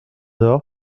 door